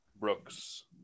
Brooks